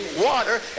water